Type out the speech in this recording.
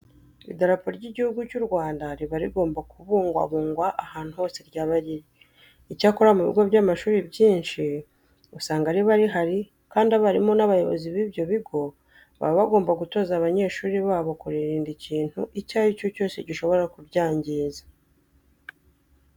Idarapo ry'Igihugu cy'u Rwanda riba rigomba kubungwabungwa ahantu hose ryaba riri. Icyakora mu bigo by'amashuri byinshi usanga riba rihari kandi abarimu n'abayobozi b'ibyo bigo baba bagomba gutoza abanyeshuri babo kuririnda ikintu icyo ari cyo cyose gishobora kuryangiza.